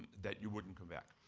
that you wouldn't come back.